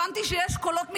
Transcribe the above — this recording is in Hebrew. הבנתי שיש קולות מתנגדים,